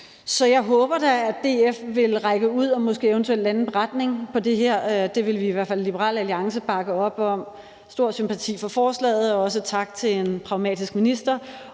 Så jeg håber da, at DF vil række ud og måske eventuelt lande en beretning på det her. Det vil vi i hvert fald i Liberal Alliance bakke op om. Vi har stor sympati for forslaget. Også tak til en pragmatisk minister.